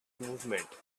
movement